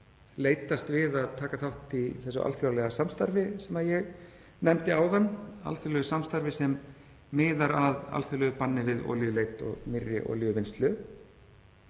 leitast við að taka þátt í þessu alþjóðlega samstarfi sem ég nefndi áðan, alþjóðlegu samstarfi sem miðar að alþjóðlegu banni við olíuleit og nýrri olíuvinnslu.